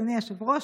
אדוני היושב-ראש.